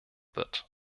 wird